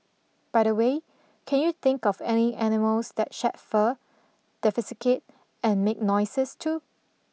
by the way can you think of any animals that shed fur and make noises too